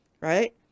right